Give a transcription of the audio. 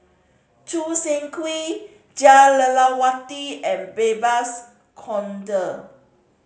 Choo Seng Quee Jah Lelawati and Babes Conde